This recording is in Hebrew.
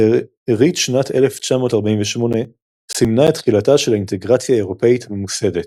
שארית שנת 1948 סימנה את תחילתה של האינטגרציה האירופית הממוסדת.